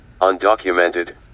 undocumented